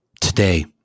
today